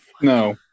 No